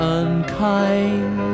unkind